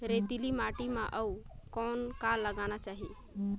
रेतीली माटी म अउ कौन का लगाना चाही?